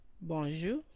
Bonjour